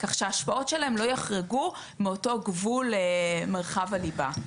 כך שההשפעות שלהם לא יחרגו מאותו גבול מרחב הליבה.